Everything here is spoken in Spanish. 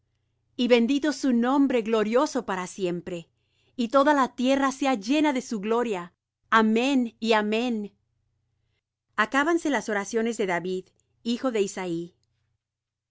y bendito su nombre glorioso para siempre y toda la tierra sea llena de su gloria amén y amén acábanse las oraciones de david hijo de isaí